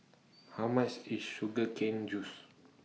How much IS Sugar Cane Juice